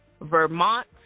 Vermont